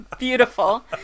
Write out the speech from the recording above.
beautiful